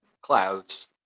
clouds